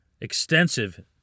extensive